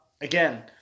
again